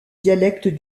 dialectes